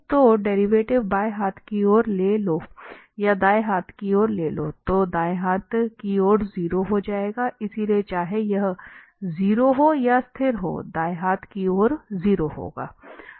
तो डेरिवेटिव बाएं हाथ की ओर ले लो या दाएं हाथ की ओर ले लो तो दाएं हाथ की ओर 0 हो जाएगा इसलिए चाहे वह 0 हो या स्थिर हो दाएं हाथ की ओर 0 होगा